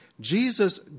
Jesus